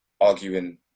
arguing